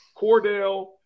Cordell